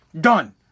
Done